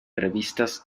revistas